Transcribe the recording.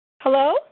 Hello